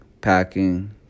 packing